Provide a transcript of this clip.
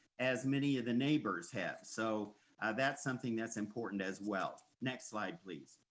as many of the neighbors have. so that's something that's important as well. next slide, please.